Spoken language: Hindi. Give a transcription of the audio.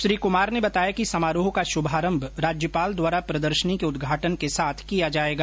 श्री कुमार ने बताया कि समारोह का शुभारंभ राज्यपाल द्वारा प्रदर्शनी के उदघाटन के साथ किया जायेगा